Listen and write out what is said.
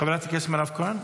חברת הכנסת מירב כהן.